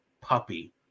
puppy